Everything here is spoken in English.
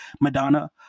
Madonna